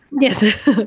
Yes